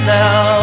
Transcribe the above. now